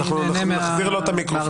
אנחנו נחזיר לו את המיקרופון.